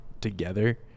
together